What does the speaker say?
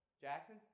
Jackson